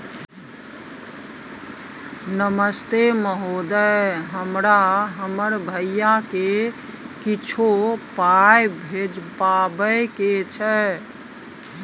नमस्ते महोदय, हमरा हमर भैया के कुछो पाई भिजवावे के छै?